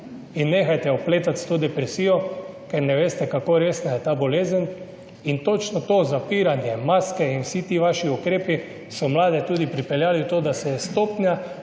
in nehajte opletati s to depresijo, ker ne veste, kako resna je ta bolezen. Točno to zapiranje, maske in vsi ti vaši ukrepi so mlade tudi pripeljali v to, da se je stopnja